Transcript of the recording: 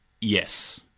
Yes